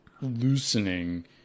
loosening